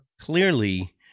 Clearly